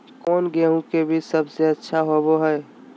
कौन गेंहू के बीज सबेसे अच्छा होबो हाय?